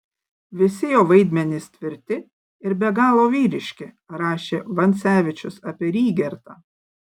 visi jo vaidmenys tvirti ir be galo vyriški rašė vancevičius apie rygertą